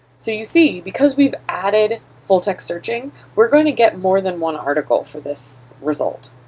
so you see, because we've added full-text searching, we're going to get more than one article for this result,